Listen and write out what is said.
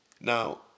Now